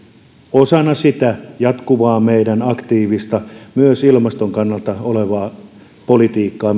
osana sitä meidän jatkuvaa aktiivista myös ilmaston kannalta olevaa politiikkaa